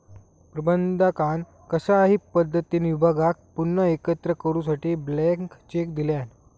प्रबंधकान कशाही पद्धतीने विभागाक पुन्हा एकत्र करूसाठी ब्लँक चेक दिल्यान